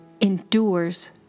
endures